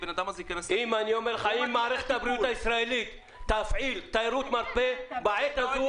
אם מערכת הבריאות הישראלית תפעיל תיירות מרפא בעת הזו,